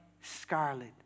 scarlet